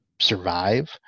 survive